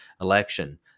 election